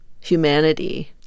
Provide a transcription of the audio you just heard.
humanity